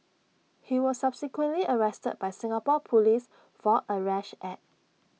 he was subsequently arrested by Singapore Police for A rash act